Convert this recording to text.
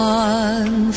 one